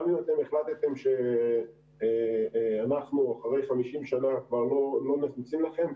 גם אם החלטתם שאנחנו אחרי 50 שנה כבר לא נחוצים לכם,